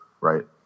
right